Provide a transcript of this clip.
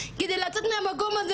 כדי לצאת מהמקום הזה,